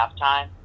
halftime